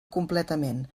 completament